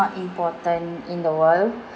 important in the world